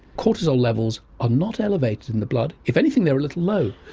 cortisol levels are not elevated in the blood, if anything they're a little low.